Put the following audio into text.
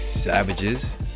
savages